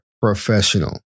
professional